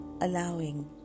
allowing